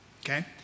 okay